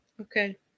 Okay